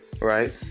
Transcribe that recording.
Right